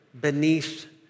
beneath